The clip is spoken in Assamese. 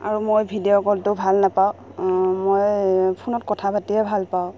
আৰু মই ভিডিঅ' কলটো ভাল নাপাওঁ মই ফোনত কথা পাতিয়ে ভাল পাওঁ